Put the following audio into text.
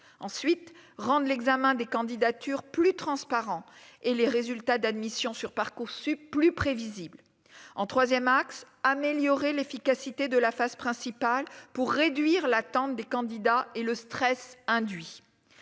ensuite rendent l'examen des candidatures plus transparent et les résultats d'admission sur Parcoursup plus prévisible en 3ème axe : améliorer l'efficacité de la phase principale pour réduire l'attente des candidats et le stress induit